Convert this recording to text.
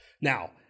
Now